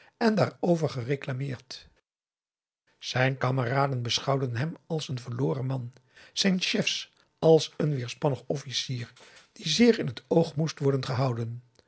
en daarover gereclameerd zijn kameraden beschouwden hem als een verloren man zijn chefs als een weerspannig officier die zeer in het oog moest worden gehouden